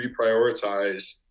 reprioritize